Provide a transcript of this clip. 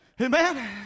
Amen